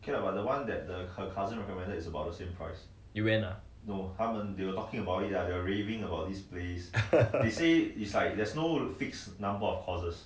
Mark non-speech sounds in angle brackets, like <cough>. you went ah <laughs>